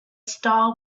star